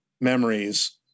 memories